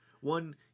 one